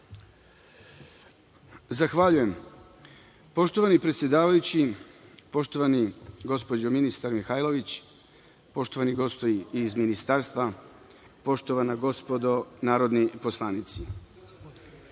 Zahvaljujem. Poštovani predsedavajući, poštovana gospođo ministar Mihajlović, poštovani gosti iz Ministarstva, poštovana gospodo narodni poslanici,